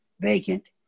vacant